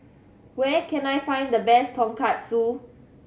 where can I find the best Tonkatsu